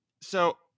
So-